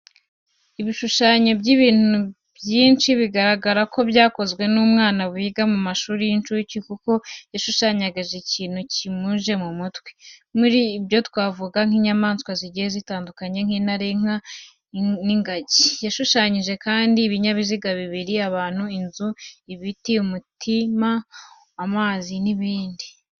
Ibishushanyo by'ibintu byinshi bigaragara ko byakozwe n'umwana wiga mu mashuri y'incuke kuko yashushanyaga ikintu kimuje mu mutwe. Muri ibyo twavuga nk'inyamaswa zigiye zitandukanye nk'intare, inka n'ingagi. Yashushanyije kandi ibinyabiziga bibiri, abantu, inzu, ibiti, umutima, amazi n'ibindi.